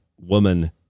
woman